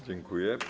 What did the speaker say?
Dziękuję.